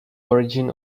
origin